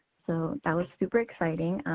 so, that was super exciting.